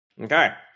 Okay